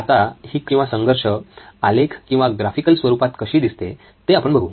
आता ही कॉन्फ्लिक्ट किंवा संघर्ष आलेख किंवा ग्राफिकल स्वरूपात कशी दिसते ते आपण बघू